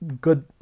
good